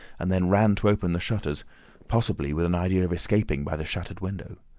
and then ran to open the shutters possibly with an idea of escaping by the shattered window.